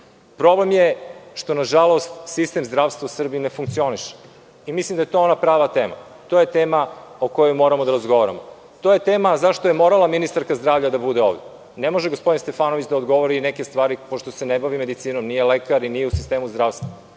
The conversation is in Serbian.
Problem je što, nažalost, sistem zdravstva u Srbiji ne funkcioniše i mislim da je to ona prava tema. To je tema o kojoj moramo da razgovaramo. To je tema – zašto je morala ministarka zdravlja da bude ovde. Ne može gospodin Stefanović da odgovori neke stvari, pošto se ne bavi medicinom, nije lekar i nije u sistemu zdravstva,